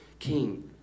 king